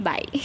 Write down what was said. Bye